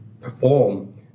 perform